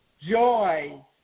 joy